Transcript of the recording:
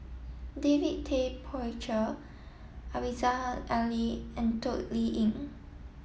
David Tay Poey Cher Aziza Ali and Toh Liying